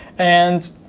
and